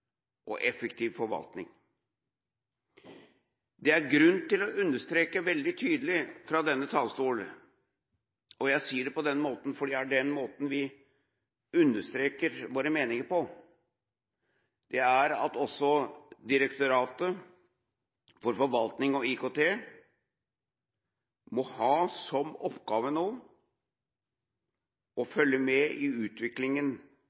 og effektiv forvaltning. Det er grunn til å understreke veldig tydelig fra denne talerstol – og jeg sier det på den måten fordi det er den måten vi understreker våre meninger på – at også Direktoratet for forvaltning og IKT nå må ha som oppgave å følge med i utviklingen